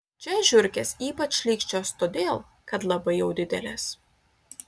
čia žiurkės ypač šlykščios todėl kad labai jau didelės